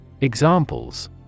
Examples